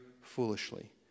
foolishly